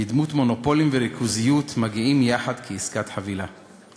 בדמות מונופולים וריכוזיות מגיעים יחד כעסקת חבילה.